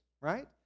right